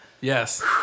Yes